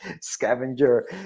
Scavenger